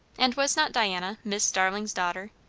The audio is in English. and was not diana mis' starling's daughter?